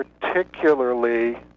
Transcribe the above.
particularly